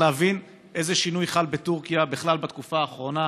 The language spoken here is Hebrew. להבין איזה שינוי חל בטורקיה בכלל בתקופה האחרונה.